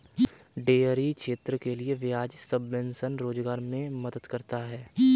dairy क्षेत्र के लिये ब्याज सबवेंशन रोजगार मे मदद करता है